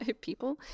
people